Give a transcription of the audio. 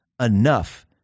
Enough